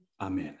Amen